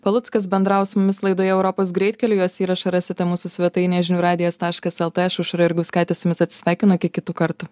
paluckas bendravo su mumis laidoje europos greitkeliu jos įrašą rasite mūsų svetainėje žinių radijas taškas lt aš aušra jurgauskaitė su jumis atsisveikinu iki kitų kartų